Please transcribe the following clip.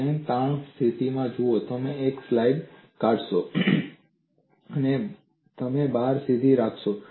plane તાણની સ્થિતિમાં જુઓ તમે એક સ્લાઇસ કાઢશો અને તમે ધાર સીધી રાખશો